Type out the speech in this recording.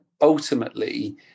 ultimately